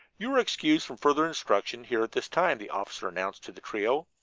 you are excused from further instruction here at this time, the officer announced to the trio.